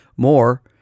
More